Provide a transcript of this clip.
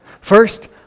First